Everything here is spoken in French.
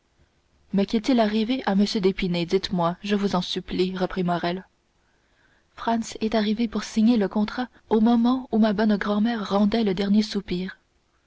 mais qu'est-il arrivé à m d'épinay dites-moi je vous en supplie reprit morrel m franz est arrivé pour signer le contrat au moment où ma bonne grand-mère rendait le dernier soupir